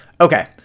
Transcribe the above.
Okay